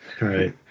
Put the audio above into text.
right